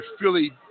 Philly